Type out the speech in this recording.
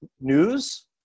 news